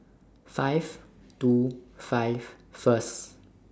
five two five First